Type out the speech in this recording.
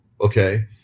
Okay